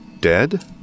dead